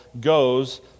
goes